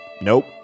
nope